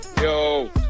Yo